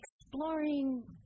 exploring